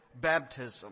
baptism